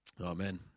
Amen